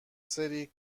سری